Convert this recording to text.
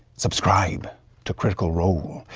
subscribe to critical role.